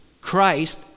Christ